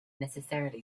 necessarily